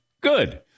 Good